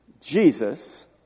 Jesus